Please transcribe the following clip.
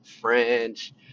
French